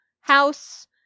House